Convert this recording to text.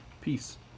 Peace